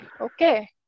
Okay